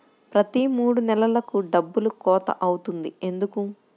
ప్రతి మూడు నెలలకు డబ్బులు కోత అవుతుంది ఎందుకు?